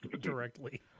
directly